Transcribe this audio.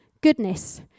goodness